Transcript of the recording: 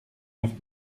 neuf